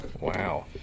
Wow